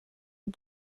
you